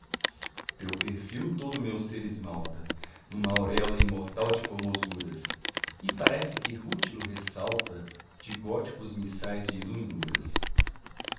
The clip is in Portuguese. teu perfil todo o meu ser esmalta numa auréola imortal de formosuras e parece que rútilo ressalta de góticos missais de iluminuras